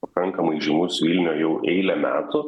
pakankamai žymus vilniuj jau eilę metų